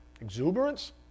exuberance